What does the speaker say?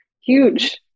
huge